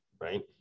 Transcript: right